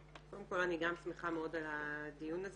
קודם כל, אני גם שמחה מאוד על הדיון הזה